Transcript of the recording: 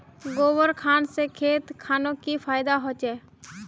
गोबर खान से खेत खानोक की फायदा होछै?